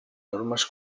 normes